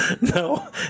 No